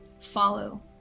follow